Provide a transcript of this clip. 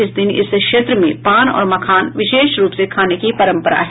इस दिन इस क्षेत्र में पान और मखान विशेष रुप से खाने की परंपरा है